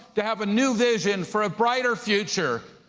to have a new vision for a brighter future.